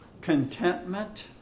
contentment